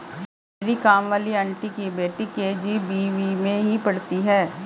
मेरी काम वाली आंटी की बेटी के.जी.बी.वी में ही पढ़ती है